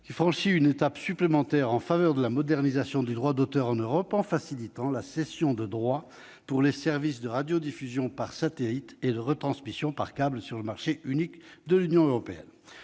qui franchit une étape supplémentaire en faveur de la modernisation du droit d'auteur en Europe en facilitant la cession de droits pour les services de radiodiffusion par satellite et de retransmission par câble sur le marché unique de l'Union européenne.